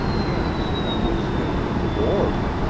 yes, that was it, bored.